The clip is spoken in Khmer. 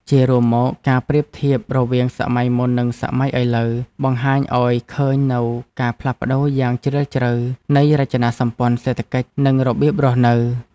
ជារួមមក ការប្រៀបធៀបរវាងសម័យមុន និងសម័យឥឡូវ បង្ហាញឱ្យឃើញនូវការផ្លាស់ប្តូរយ៉ាងជ្រាលជ្រៅនៃរចនាសម្ព័ន្ធសេដ្ឋកិច្ច និងរបៀបរស់នៅ។